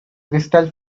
crystal